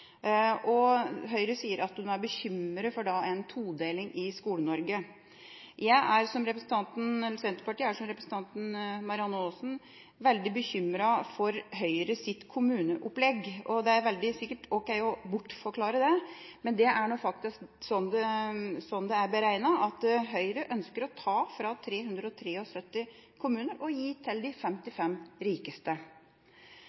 sier at hun er bekymret for en todeling i Skole-Norge. Senterpartiet er, som representanten Marianne Aasen, veldig bekymret for Høyres kommuneopplegg. Det er sikkert veldig ok å bortforklare det, men det er faktisk beregnet slik at Høyre ønsker å ta fra 373 kommuner og gi til de